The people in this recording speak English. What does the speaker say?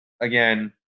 again